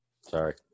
Sorry